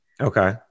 Okay